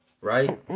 right